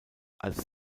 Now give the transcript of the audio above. als